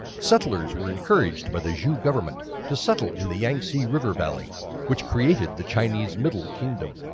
settlers were encouraged by the zhou government to settle in the yangtze river valley which created the chinese middle kingdom.